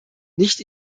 nicht